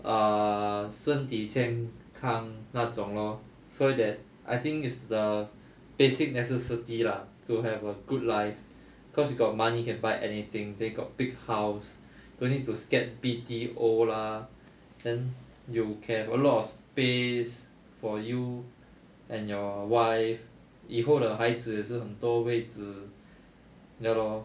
err 身体健康那种 lor so that I think is the basic necessity lah to have a good life cause you got money can buy anything then got big house don't need to scared B_T_O lah then you can have a lot of space for you and your wife 以后的孩子也是很多位子 ya lor